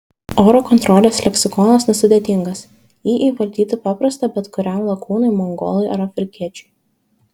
oro kontrolės leksikonas nesudėtingas jį įvaldyti paprasta bet kuriam lakūnui mongolui ar afrikiečiui